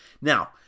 Now